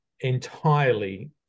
entirely